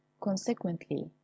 consequently